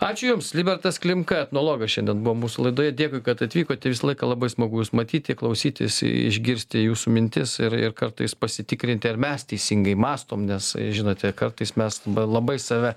ačiū jums libertas klimka etnologas šiandien buvo mūsų laidoje dėkui kad atvykot ir visą laiką labai smagu jus matyti klausytis išgirsti jūsų mintis ir ir kartais pasitikrinti ar mes teisingai mąstom nes žinote kartais mes labai save